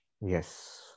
yes